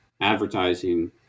advertising